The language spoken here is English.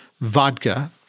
vodka